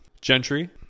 Gentry